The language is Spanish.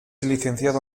licenciado